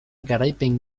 garaipen